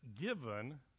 given